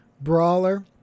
brawler